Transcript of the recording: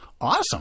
Awesome